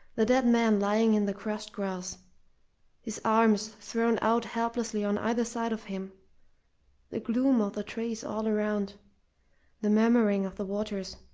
the dead man lying in the crushed grass his arms thrown out helplessly on either side of him the gloom of the trees all around the murmuring of the waters,